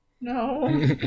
No